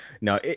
no